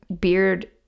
Beard